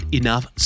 enough